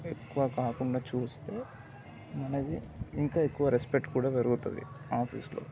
ఎక్కువ కాకుండా చూస్తే మనది ఇంకా ఎక్కువ రెస్పెక్ట్ కూడా పెరుగుతుంది ఆఫీసులో